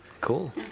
Cool